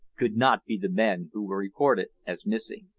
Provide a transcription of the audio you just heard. could not be the men who were reported as missing.